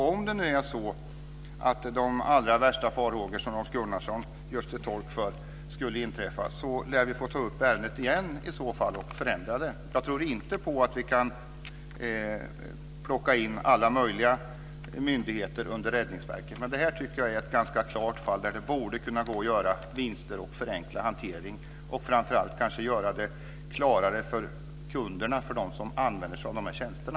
Om det nu är så att de allra värsta farhågor som Rolf Gunnarsson gör sig till tolk för skulle inträffa lär vi få ta upp ärendet igen och i så fall förändra det. Jag tror inte på att vi kan plocka in alla möjliga myndigheter under Räddningsverket. Detta tycker jag är ett ganska klart fall, där det borde kunna gå att göra vinster och förenkla hanteringen. Framför allt kan man göra det klarare för kunderna - för dem som använder sig av tjänsterna.